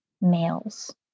males